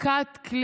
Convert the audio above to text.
clear cut,